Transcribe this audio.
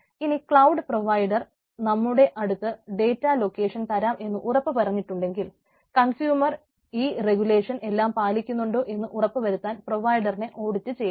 ഇനി cloud provider നമ്മുടെ അടുത്ത് ഡേറ്റാ ലോക്കേഷൻ എല്ലാം പാലിക്കുന്നുണ്ടോ എന്ന് ഉറപ്പു വരുത്താൻ പ്രൊവിഡറിനെ ഓഡിറ്റ് ചെയ്യാം